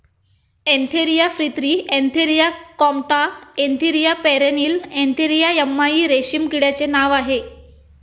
Antheraea frithi Antheraea compta Antheraea pernyi Antheraea yamamai रेशीम किड्याचे नाव आहे